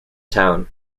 town